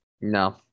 No